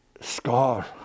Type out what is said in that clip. Scar